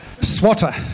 swatter